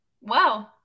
Wow